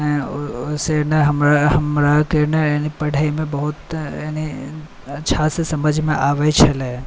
ओहिसँ ने हमराके ने पढ़ैमे बहुत यानि अच्छासँ समझैमे आबै छलै